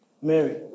Mary